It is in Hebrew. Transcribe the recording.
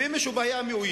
ואם מישהו היה מאוים,